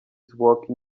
zwłoki